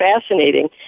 fascinating